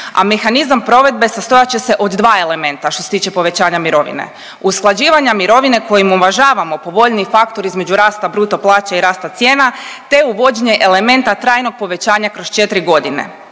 a mehanizam provedbe sastojat će se od dva elementa što se tiče povećanja mirovine, usklađivanja mirovine kojim uvažavamo povoljniji faktor između rasta bruto plaće i rasta cijena, te uvođenje elementa trajnog povećanja kroz 4.g..